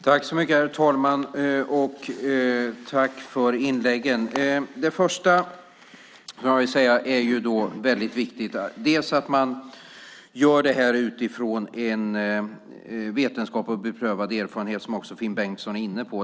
Herr talman! Jag vill tacka för inläggen. Det första jag vill säga är att det är väldigt viktigt att man gör det här utifrån vetenskap och beprövad erfarenhet, som också Finn Bengtsson är inne på.